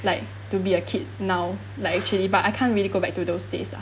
like to be a kid now like actually but I can't really go back to those days lah